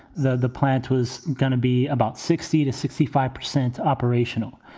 the the plant was gonna be about sixty to sixty five percent operational.